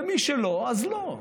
ומי שלא, אז לא.